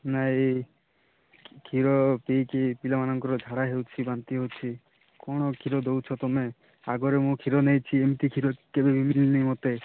ନାଇଁ କ୍ଷୀର ପିଇକି ପିଲାମାନଙ୍କର ଝାଡ଼ା ହେଉଛି ବାନ୍ତି ହେଉଛି କ'ଣ କ୍ଷୀର ଦେଉଛ ତମେ ଆଗରେ ମୁଁ କ୍ଷୀର ନେଇଛି ଏମିତି କ୍ଷୀର କେବେବି ମିଳିନି ମୋତେ